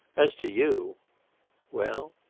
as to you well?